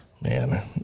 man